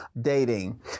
dating